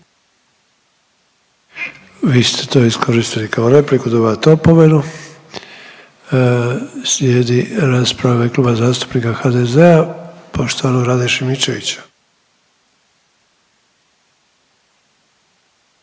Vi ste to iskoristili kao repliku, dobivate opomenu. Slijedi rasprava u ime Kluba zastupnika HDZ-a, poštovanog Rade Šimičevića.